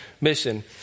mission